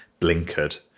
blinkered